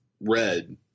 Red